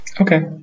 Okay